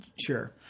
Sure